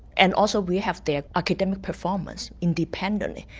and also we have their academic performance independently.